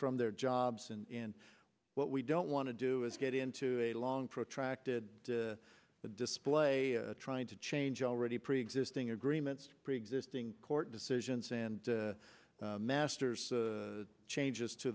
from their jobs in what we don't want to do is get into a long protracted the display trying to change already preexisting agreements preexisting court decisions and masters changes to